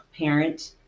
parent